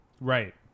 Right